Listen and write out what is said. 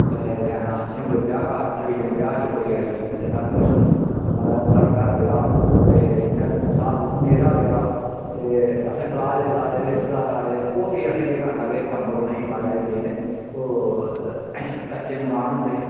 लैना जियां कोई ब्याह् कारज होई गेआ ब्याह् च कोई आई गेआ इत्थै साढ़े कश मतलब हून साढ़ै घर ब्याह् दे मसाल दित्ती मेरा गै ब्याह् ते असें बलाए दे सारे रिश्तेदार आए दे ओह् फ्ही असें केह् करना के कम्बल उ'नेंगी महाराज देने ओह् कच्चे मकान होंदे हे